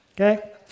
Okay